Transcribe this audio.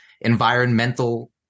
environmental